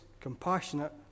compassionate